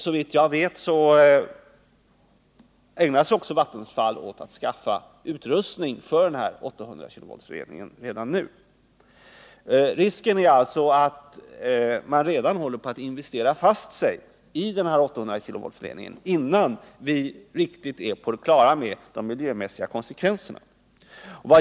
Såvitt jag vet ägnar sig också Vattenfall redan nu åt att skaffa utrustning för den här 800-kV-ledningen. Risken är alltså att man redan nu håller på att investera fast sig i den här 800-kV-ledningen, innan vi riktigt är på det klara med de miljömässiga konsekvenserna.